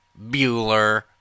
Bueller